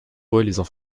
bonne